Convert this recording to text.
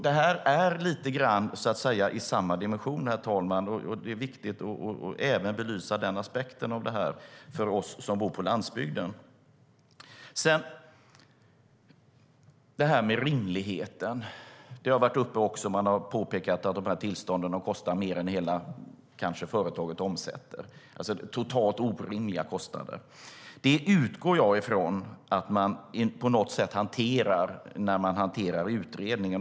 Detta är lite grann i samma dimension. Och för oss som bor på landsbygden är det viktigt att belysa även den aspekten. Även rimligheten har nämnts, och man har påpekat att tillstånden kanske kostar mer än hela företaget omsätter. Det är alltså totalt orimliga kostnader. Jag utgår från att man är medveten om det på något sätt när man hanterar utredningen.